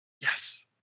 Yes